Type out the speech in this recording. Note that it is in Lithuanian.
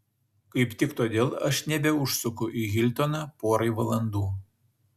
kaip tik todėl aš nebeužsuku į hiltoną porai valandų